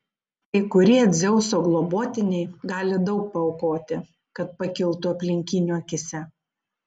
kai kurie dzeuso globotiniai gali daug paaukoti kad pakiltų aplinkinių akyse